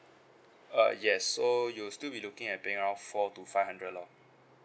uh yes so you'll still be looking at paying around four to five hundred lor